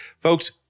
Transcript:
Folks